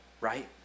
right